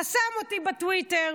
חסם אותי בטוויטר.